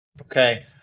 Okay